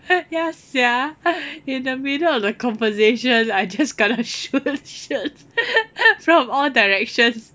ya sia in the middle of the conversation I just gotta shoot shoot from all directions